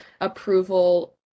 approval